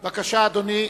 בבקשה, אדוני.